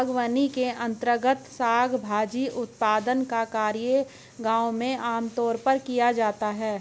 बागवानी के अंर्तगत शाक भाजी उत्पादन का कार्य गांव में आमतौर पर किया जाता है